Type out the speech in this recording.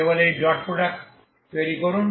কেবল এটি dot product তৈরি করুন